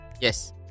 Yes